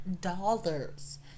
dollars